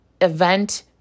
event